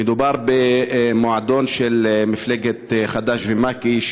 מדובר במועדון של מפלגת חד"ש ומק"י,